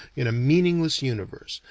in a meaningless universe,